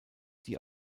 die